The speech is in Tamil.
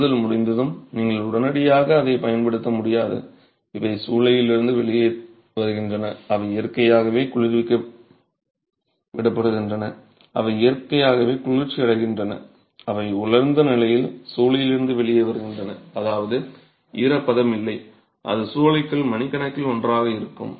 சூடுதல் முடிந்ததும் நீங்கள் உடனடியாக அதைப் பயன்படுத்த முடியாது இவை சூலையிலிருந்து வெளியே வருகின்றன அவை இயற்கையாகவே குளிர்விக்க விடப்படுகின்றன அவை இயற்கையாகவே குளிர்ச்சியடைகின்றன அவை உலர்ந்த நிலையில் சூளையிலிருந்து வெளியே வருகின்றன அதாவது ஈரப்பதம் இல்லை அது சூளைக்குள் மணிக்கணக்கில் ஒன்றாக இருக்கும்